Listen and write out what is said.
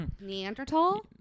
neanderthal